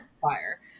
fire